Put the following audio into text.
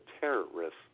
terrorist